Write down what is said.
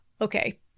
okay